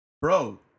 Bro